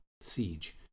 Siege